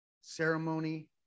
ceremony